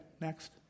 next